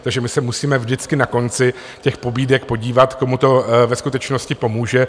Takže my se musíme vždycky na konci těch pobídek podívat, komu to ve skutečnosti pomůže.